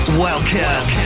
welcome